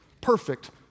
Perfect